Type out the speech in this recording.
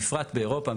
בפרט באירופה,